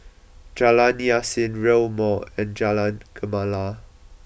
Jalan Yasin Rail Mall and Jalan Gemala